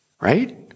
right